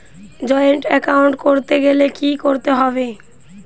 Joint account করতে গেলে কি করতে হবে?